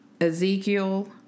Ezekiel